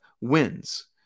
wins